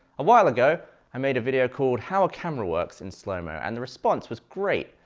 a while ago, i made a video called how a camera works in slow mo, and the response was great.